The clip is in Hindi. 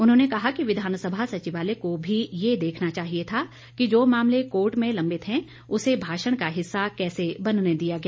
उन्होंने कहा कि विधानसभा सचिवालय को भी यह देखना चाहिए था कि जो मामले कोर्ट में लंबित हैं उसे भाषण का हिस्सा कैसे बनने दिया गया